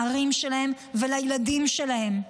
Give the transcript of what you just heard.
לערים שלהם ולילדים שלהם.